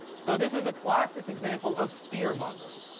so this is a classic example of fear mongering,